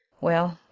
well,